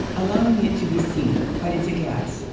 allowing it to be seen, but it's a gas.